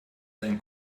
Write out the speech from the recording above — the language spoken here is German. sein